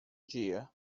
dia